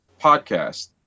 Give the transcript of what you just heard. podcast